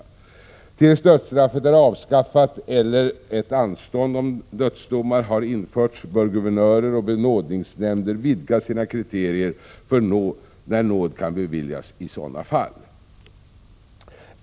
s Tills dödsstraffet är avskaffat eller ett anstånd om dödsdomar har införts bör guvernörer och benådningsnämnder vidga sina kriterier för när nåd kan beviljas i sådana fall.